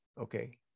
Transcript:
Okay